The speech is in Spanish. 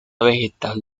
vegetal